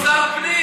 בתור שר פנים.